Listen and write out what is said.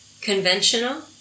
conventional